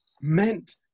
meant